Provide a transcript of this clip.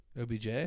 OBJ